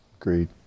Agreed